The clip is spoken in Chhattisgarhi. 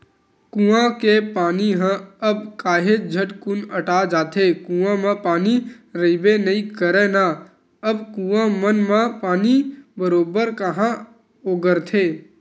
कुँआ के पानी ह अब काहेच झटकुन अटा जाथे, कुँआ म पानी रहिबे नइ करय ना अब कुँआ मन म पानी बरोबर काँहा ओगरथे